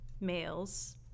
males